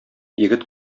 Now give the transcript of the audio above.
егет